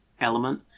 element